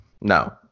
No